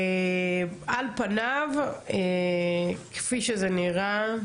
על פניו, כפי שזה נראה,